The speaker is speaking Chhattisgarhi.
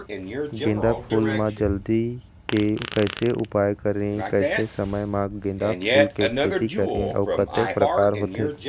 गेंदा फूल मा जल्दी के कैसे उपाय करें कैसे समय मा गेंदा फूल के खेती करें अउ कतेक प्रकार होथे?